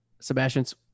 Sebastian's